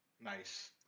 Nice